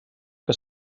que